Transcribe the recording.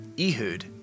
Ehud